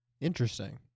Interesting